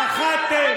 פחדתם.